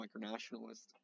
micronationalist